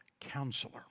counselor